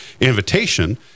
invitation